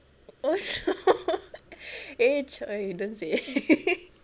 eh !choy! you don't say